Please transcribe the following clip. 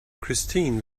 christine